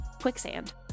quicksand